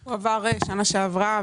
הוא עבר בשנה שעברה.